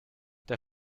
der